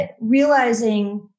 realizing